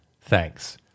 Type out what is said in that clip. Thanks